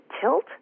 tilt